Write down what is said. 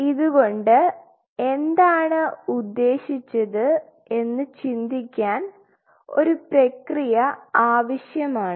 ഇതുകൊണ്ട് എന്താണ് ഉദ്ദേശിച്ചത് എന്ന് ചിന്തിക്കാൻ ഒരു പ്രക്രിയ ആവശ്യമാണ്